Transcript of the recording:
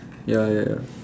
ya ya ya